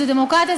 זו דמוקרטיה,